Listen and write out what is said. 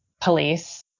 police